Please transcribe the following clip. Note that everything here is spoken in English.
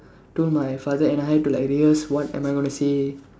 told my father and I had to like rehearse what am I gonna say